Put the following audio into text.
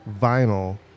vinyl